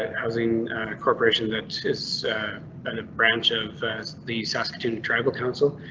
and housing corporation that is and a branch of the saskatoon tribal council.